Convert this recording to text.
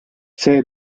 see